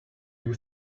you